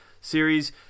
series